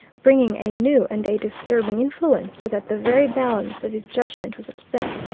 bringing a new and a disturbing influence so that the very balance of his judgment was upset,